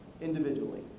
individually